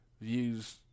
views